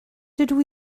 dydw